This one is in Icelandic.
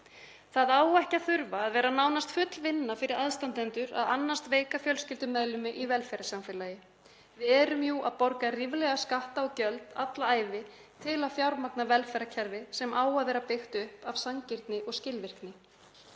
Það á ekki að þurfa að vera nánast full vinna fyrir aðstandendur að annast veika fjölskyldumeðlimi í velferðarsamfélagi. Við erum jú að borga ríflega skatta og gjöld alla ævi til að fjármagna velferðarkerfið sem á að vera byggt upp af sanngirni og skilvirkni.